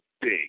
big